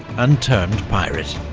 and turned pirate.